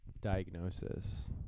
Diagnosis